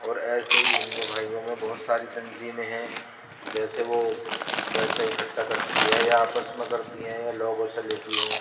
اور ایسے ہی ہندو بھائیوں میں بہت ساری تنظیمیں ہیں جیسے وہ پیسے اکٹھا کرتی ہے یا آپس میں کرتی ہیں یا لوگوں سے لیتی ہیں